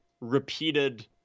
repeated